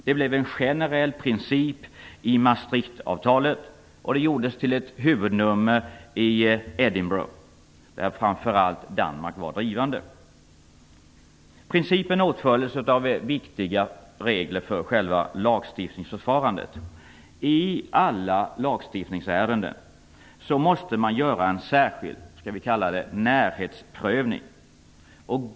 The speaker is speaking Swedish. Det blev en generell princip i Maastrichtavtalet, och det gjordes till ett huvudnummer i Edinburgh, där framför allt Danmark var drivande. Principen åtföljdes av viktiga regler för själva lagstiftningsförfarandet. I alla lagstiftningsärenden måste man göra en särskild s.k. närhetsprövning.